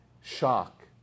shock